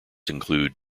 include